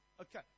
Okay